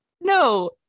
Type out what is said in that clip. no